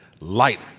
light